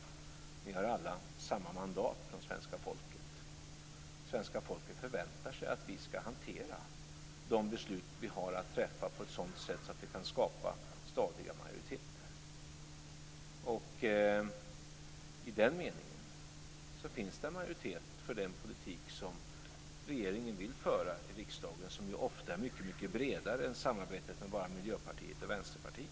Ni har alla samma mandat från svenska folket. Svenska folket förväntar sig att vi ska hantera de vi har beslut att fatta på ett sådant sätt att vi kan skapa stadiga majoriteter. I den meningen finns det en majoritet för den politik som regeringen vill föra i riksdagen, som ofta är bredare än samarbetet med Miljöpartiet och Vänsterpartiet.